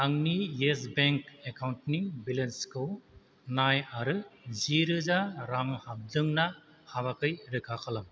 आंनि Yes Bank एकाउन्टनि बेलेन्सखौ नाय आरो जि रोजा रां हाबदों ना हाबाखै रोखा खालाम